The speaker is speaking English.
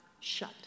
shut